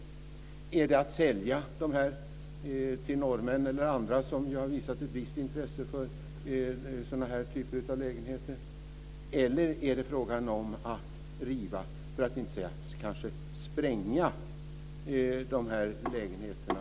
Eller är det att sälja dessa till norrmän eller andra som visat ett visst intresse för den här typen av lägenheter? Är det fråga om att riva, för att inte säga kanske spränga, de här lägenheterna?